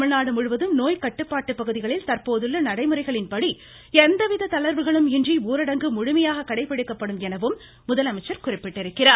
தமிழ்நாடு முழுவதும் நோய் கட்டுப்பாட்டு பகுதிகளில் தற்போதுள்ள நடைமுறைகளின் படி எந்தவித தளர்வுகளும் இன்றி ஊரடங்கு முழுமையாக கடைபிடிக்கப்படும் எனவும் முதலமைச்சர் குறிப்பிட்டுள்ளார்